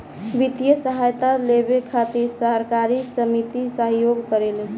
वित्तीय सहायता लेबे खातिर सहकारी समिति सहयोग करेले